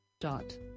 dot